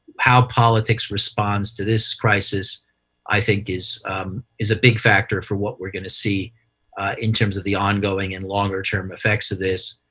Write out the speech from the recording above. how politics responds to this crisis i think is is a big factor for what we're going to see in terms of the ongoing and longer-term effects to this.